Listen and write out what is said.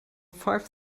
five